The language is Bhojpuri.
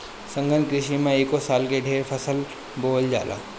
सघन कृषि में एके साल में ढेरे फसल बोवल जाला